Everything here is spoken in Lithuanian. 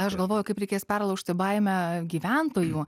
aš galvoju kaip reikės perlaužti baimę gyventojų